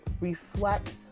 reflects